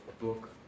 book